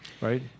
right